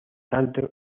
tanto